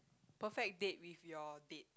perfect date with your date